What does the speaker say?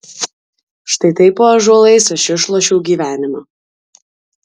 štai taip po ąžuolais aš išlošiau gyvenimą